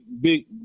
big